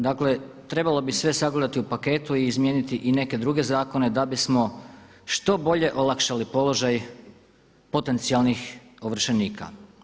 Dakle trebalo bi sve sagledati u paketu i izmijeniti i neke druge zakone da bismo što bolje olakšali položaj potencijalnih ovršenika.